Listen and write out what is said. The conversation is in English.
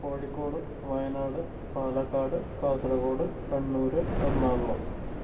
Kozhikode Wayanad Palakkad Kasaragod Kannur Ernakulam